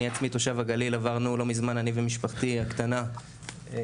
אני עצמי תושב הגליל עברנו לא מזמן אני ומשפחתי הקטנה לכורזים.